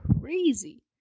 crazy